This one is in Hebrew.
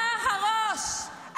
אתה הראש,